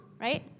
right